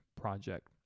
project